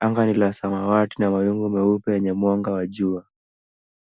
Anga ni la samawati na mawingu meupe yenye mwanga wa jua.